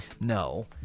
no